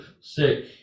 sick